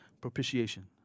Propitiation